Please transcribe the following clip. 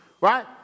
Right